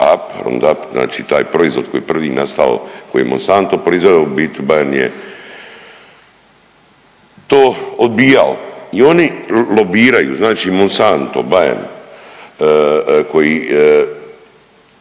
znači taj proizvod koji je prvi nastao, koji je Monsanto proizveo, u biti Bayer je to odbijao i oni lobiraju, znači Monsanto, Bayer